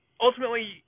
ultimately